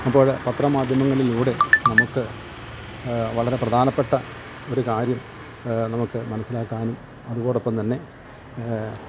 അപ്പോഴ് പത്രമാധ്യമങ്ങളിലൂടെ നമുക്ക് വളരെ പ്രധാനപ്പെട്ട ഒരു കാര്യം നമുക്ക് മനസ്സിലാക്കാനും അതോടൊപ്പം തന്നെ